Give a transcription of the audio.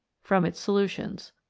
from its solutions.